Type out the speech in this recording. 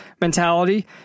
mentality